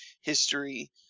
history